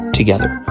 together